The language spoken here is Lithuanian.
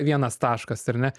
vienas taškas ar ne